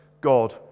God